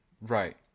Right